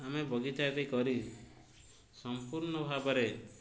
ଆମେ ବଗିଚାଟି କରି ସମ୍ପୂର୍ଣ୍ଣ ଭାବରେ